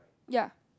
ya